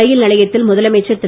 ரயில் நிலையத்தில் முதலமைச்சர் திரு